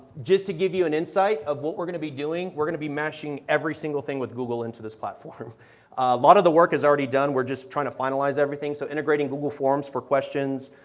just to give you an insight of what we are going to be doing, we are going to be mashing every single thing with google into this platform. a lot of the work is already done so we are just trying to finalize everything, so integrating google forms for questions